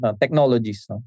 technologies